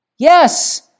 Yes